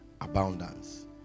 abundance